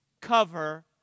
cover